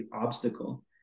obstacle